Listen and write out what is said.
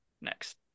next